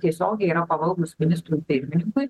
tiesiogiai yra pavaldūs ministrui pirmininkui